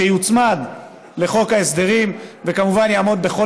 שיוצמד לחוק ההסדרים וכמובן יעמוד בכל